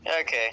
Okay